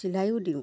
চিলাইও দিওঁ